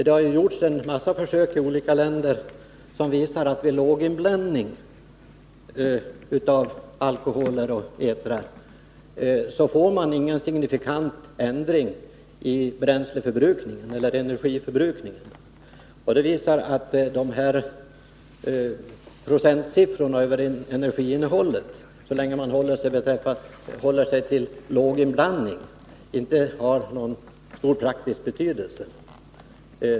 Det har gjorts en mängd försök i olika länder som visar att man vid låginblandning av alkoholer och etrar inte får någon signifikant ändring i energiförbrukningen. Försöken visar alltså att dessa procentsiffror över energiinnehållet, dvs. så länge man håller sig till låginblandning, inte har någon stor praktisk betydelse.